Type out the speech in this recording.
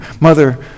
Mother